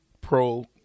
pro